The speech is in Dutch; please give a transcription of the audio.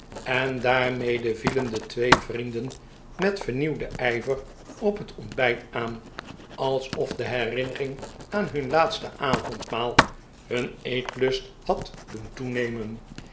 en daarmede vielen de twee vrienden met vernieuwden ijver op het ontbijt aan alsof de herinnering aan hun laatste avondmaal hun eetlust had doen toenemen